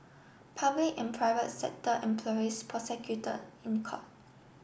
public and private sector employees prosecuted in court